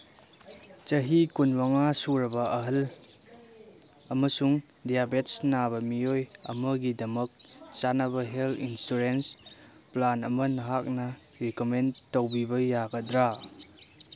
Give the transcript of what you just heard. ꯆꯍꯤ ꯀꯨꯟꯃꯉꯥ ꯁꯨꯔꯕ ꯑꯍꯜ ꯑꯃꯁꯨꯡ ꯗꯦꯌꯥꯕꯦꯠꯁ ꯅꯥꯕ ꯃꯤꯑꯣꯏ ꯑꯃꯒꯤꯗꯃꯛ ꯆꯥꯅꯕ ꯍꯦꯜꯠ ꯏꯟꯁꯨꯔꯦꯟꯁ ꯄ꯭ꯂꯥꯟ ꯑꯃ ꯅꯍꯥꯛꯅ ꯔꯤꯀꯃꯦꯟ ꯇꯧꯕꯤꯕ ꯌꯥꯒꯗ꯭ꯔꯥ